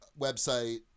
website